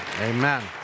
Amen